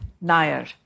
Nair